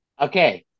Okay